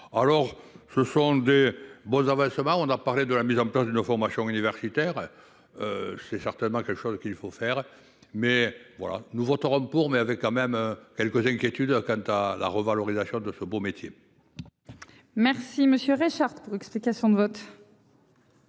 Alors je change de bol ça va ça va on a parlé de la mise en place d'une formation universitaire. C'est certainement quelque chose qu'il faut faire mais voilà nous voterons pour, mais avait quand même quelques inquiétudes quant à la revalorisation de ce beau métier. Merci monsieur Richard pour explication de vote.